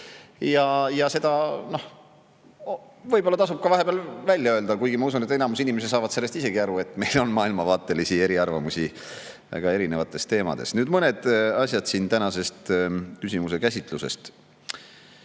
Seda võib-olla tasub vahepeal välja öelda, kuigi ma usun, et enamus inimesi saab sellest ise ka aru, et meil on maailmavaatelisi eriarvamusi väga erinevate teemade puhul. Nüüd mõned asjad tänasest küsimuse käsitlusest.